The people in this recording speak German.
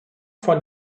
von